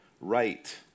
right